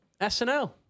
SNL